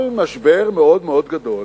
על משבר מאוד מאוד גדול